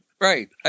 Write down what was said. right